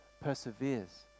perseveres